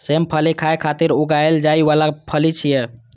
सेम फली खाय खातिर उगाएल जाइ बला फली छियै